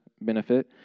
benefit